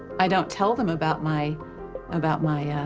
i don't tell them about my about my, ah,